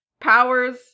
powers